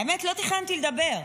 האמת, לא תכננתי לדבר.